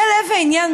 זה לב העניין.